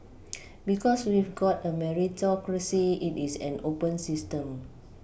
because we've got a Meritocracy it is an open system